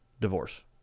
divorce